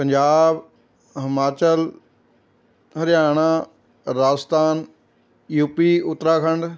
Punjab Himachal Haryana Rajasthan U P Uttarakhand